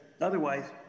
otherwise